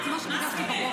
די כבר,